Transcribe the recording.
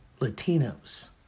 Latinos